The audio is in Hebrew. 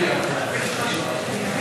בבקשה.